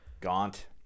Gaunt